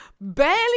barely